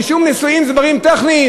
רישום נישואין זה דברים טכניים?